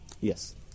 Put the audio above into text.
Yes